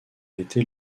été